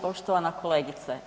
Poštovana kolegice.